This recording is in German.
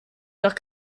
nach